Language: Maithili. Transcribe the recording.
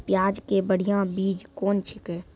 प्याज के बढ़िया बीज कौन छिकै?